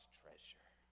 treasure